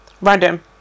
Random